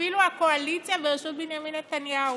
אפילו הקואליציה בראשות בנימין נתניהו,